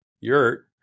yurt